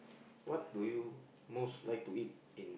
what do you most like to eat in